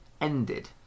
ended